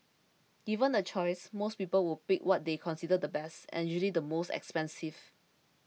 given the choice most people would pick what they consider the best and usually the most expensive